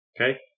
Okay